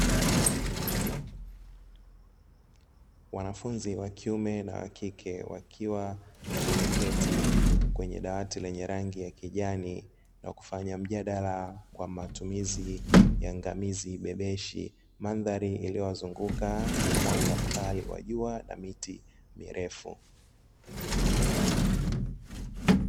Wanafunzi wa kiume na wa kike wakiwa wameketi kwenye dawati lenye rangi ya kijani na kufanya mjadala kwa matumizi yangamizi bebeshi, mandhari iliyowazunguka ni ya mwanga mkali wa jua na miti mirefu.